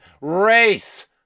race